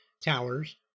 towers